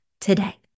today